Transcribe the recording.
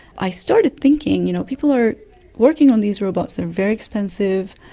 i started thinking, you know, people are working on these robots that are very expensive,